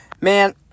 Man